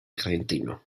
argentino